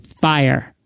fire